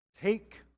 take